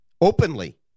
Openly